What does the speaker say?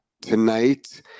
tonight